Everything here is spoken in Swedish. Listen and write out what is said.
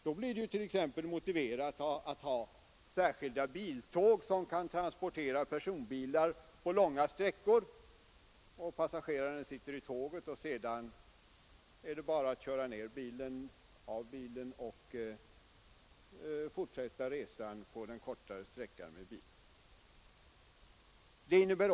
Det blir då t.ex. motiverat att ha särskilda biltåg som kan transportera personbilar på de långa sträckorna medan passagerarna sitter på tåget. Sedan är det bara att köra ner bilen från tåget och fortsätta resan med bil på den kortare sträckan.